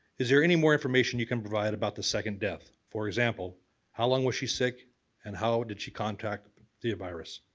is there any more information you can provide about the second death for example how long was she sick and how did she contact the virus?